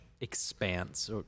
expanse